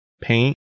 paint